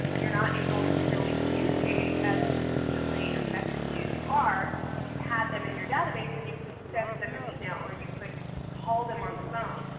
you're not able to really communicate as consistently and effectively as you are if you had them in your database and you could send them an email or you could call them on the phone.